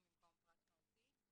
הכנסת.